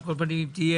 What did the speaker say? על כל פנים, אם תהיה,